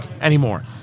anymore